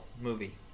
movie